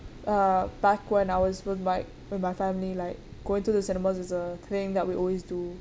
uh back when I was with my with my family like going to the cinema is a thing that we always do